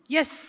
Yes